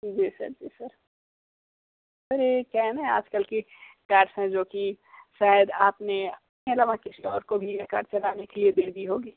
जी sir जी sir sir ये क्या है न आज कल की कार्स हैं जो की शायद आपने अपने अलावा किसी और को भी ये कार चलाने के लिए दे दी होगी